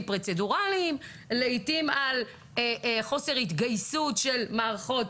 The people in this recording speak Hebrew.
פרוצדורליים; ולעיתים על חוסר התגייסות של מערכות